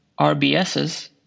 RBSs